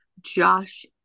Josh